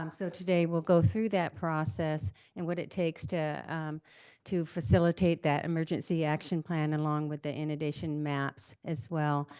um so today we'll go through that process and what it takes to to facilitate that emergency action plan along with the inundation maps as well.